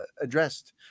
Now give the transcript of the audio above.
addressed